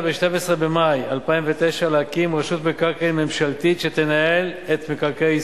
ב-12 במאי 2009 להקים רשות מקרקעין ממשלתית שתנהל את מקרקעי ישראל.